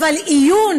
אבל מעיון